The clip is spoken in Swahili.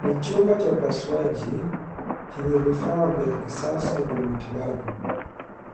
Ni chumba cha upasuaji chenye vifaa vya kisasa vya matibabu.